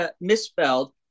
misspelled